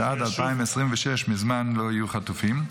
-- שעד 2026 מזמן לא יהיו חטופים.